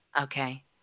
Okay